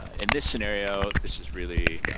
in this scenario, this is really